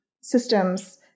systems